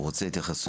רוצה להתייחס,